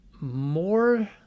more